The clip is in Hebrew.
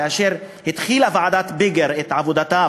כאשר התחילה ועדת ביגר את עבודתה,